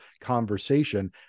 conversation